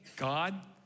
God